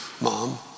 mom